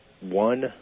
one